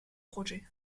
projets